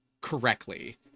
correctly –